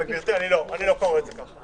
אני לא קורא את זה כך.